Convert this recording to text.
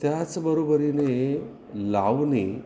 त्याचबरोबरीने लावणी